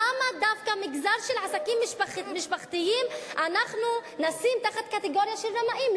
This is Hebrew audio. למה דווקא את המגזר של עסקים משפחתיים אנחנו נשים תחת קטגוריה של רמאים?